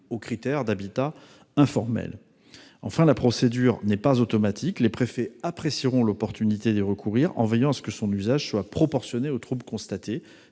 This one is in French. aux critères d'un habitat informel. Enfin, la procédure prévue n'est pas automatique. Les préfets apprécieront l'opportunité d'y recourir en veillant à ce que son usage soit proportionné au trouble constaté,